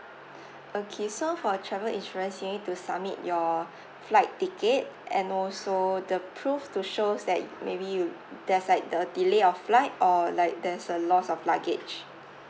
okay so for a travel insurance you need to submit your flight ticket and also the prove to shows that maybe you there's like the delay of flight or like there's a lost of luggage